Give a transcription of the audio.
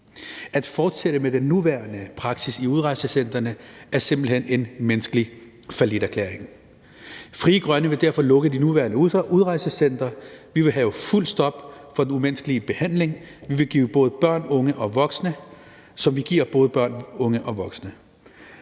At fortsætte med den nuværende praksis på udrejsecentrene er simpelt hen en menneskelig falliterklæring. Frie Grønne vil derfor lukke de nuværende udrejsecentre. Vi vil have fuldt stop for den umenneskelige behandling, som vi giver både børn, unge og voksne. Det er børn, unge og voksne,